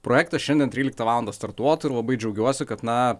projektas šiandien tryliktą valandą startuotų ir labai džiaugiuosi kad na